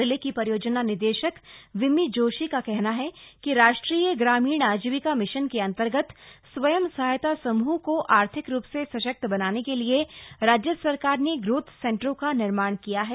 जिले की परियोजना निदेशक विम्मी जोशी का कहना है कि राष्ट्रीय ग्रामीण आजीविका मिशन के अंतर्गत स्वयं सहायता समूह को आर्थिक रूप से सशक्त बनाने के लिए राज्य सरकार ने ग्रोथ सेन्टरों का निर्माण किया है